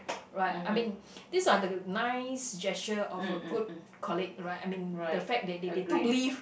right I mean these are the nice gesture of a good colleague right I mean the fact that they they took leave